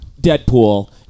deadpool